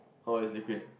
oh it's liquid